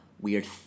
weird